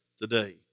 today